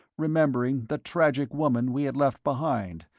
remembering the tragic woman we had left behind,